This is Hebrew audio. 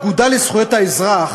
האגודה לזכויות האזרח,